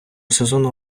сезону